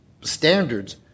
standards